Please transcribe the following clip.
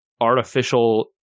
artificial